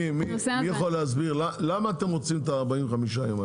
מי יכול להסביר למה אתם רוצים את ה-45 יום?